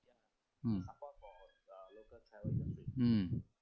mm mm